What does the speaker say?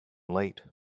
late